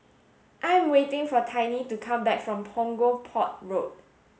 I am waiting for Tiney to come back from Punggol Port Road